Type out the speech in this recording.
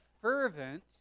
fervent